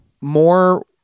More